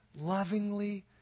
lovingly